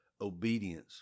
Obedience